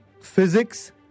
physics